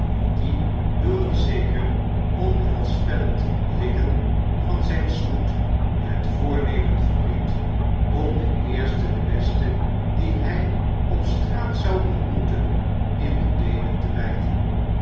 die door een zeker onheilspellend likken van zijn snoet het voornemen verried om den eersten den besten dien hij op straat zou ontmoeten in de beenen te bijten